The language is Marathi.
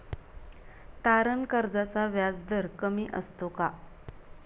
तारण कर्जाचा व्याजदर कमी असतो का?